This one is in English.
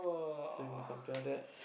think is something like that